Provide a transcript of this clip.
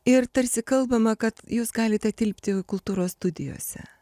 ir tarsi kalbama kad jūs galite tilpti kultūros studijose